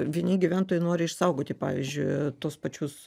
vieni gyventojai nori išsaugoti pavyzdžiui tuos pačius